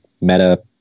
meta